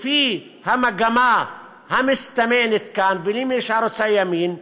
לפי המגמה המסתמנת כאן של ערוץ הימין,